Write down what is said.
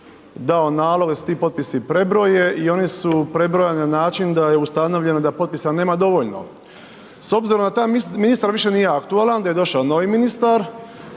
dao nalog da se ti potpisi prebroje i oni su prebrojani na način da je ustanovljeno da potpisa nema dovoljno. S obzirom da taj ministar više nije aktualan, da je došao novi ministar,